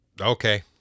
Okay